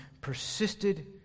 persisted